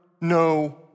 no